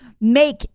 make